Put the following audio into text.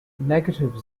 negative